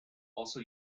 also